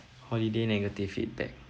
holiday negative feedback